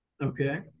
okay